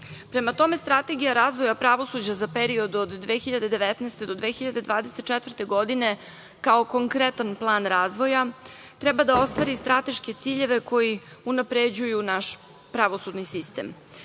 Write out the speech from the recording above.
Prema tome, strategija razvoja pravosuđa za period od 2019. godine do 2024. godine, kao konkretan plan razvoja, treba da ostvari strateške ciljeve koji unapređuju naš pravosudni sistem. Nama